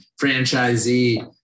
franchisee